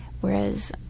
whereas